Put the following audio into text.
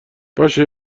باشه